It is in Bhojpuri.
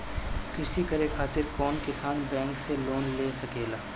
कृषी करे खातिर कउन किसान बैंक से लोन ले सकेला?